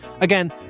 Again